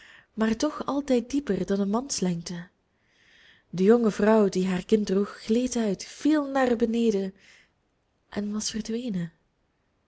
maar toch altijd dieper dan een manslengte de jonge vrouw die haar kind droeg gleed uit viel naar beneden en was verdwenen